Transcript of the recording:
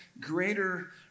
greater